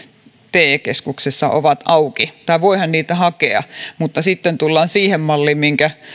te keskuksessa ovat auki tai voihan niitä hakea mutta sitten tullaan siihen malliin minkä